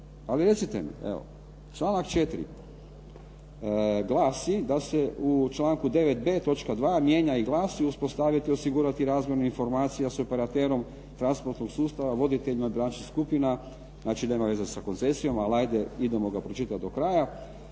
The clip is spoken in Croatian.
Ali recite mi, evo članak 4. glasi da se u članku 9.b točka 2. mijenja i glasi: "Uspostaviti i osigurati razmjenu informacija s operaterom transportnog sustava, voditeljima bilančnih skupina". Znači nema veze sa koncesijom ali ajde idemo ga pročitati do kraja.